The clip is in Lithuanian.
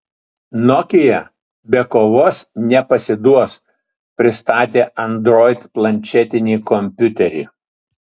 nokia be kovos nepasiduos pristatė android planšetinį kompiuterį